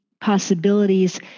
possibilities